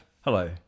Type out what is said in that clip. Hello